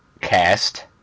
cast